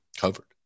covered